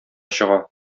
чыга